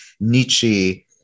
Nietzsche